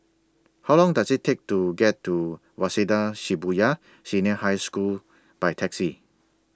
How Long Does IT Take to get to Waseda Shibuya Senior High School By Taxi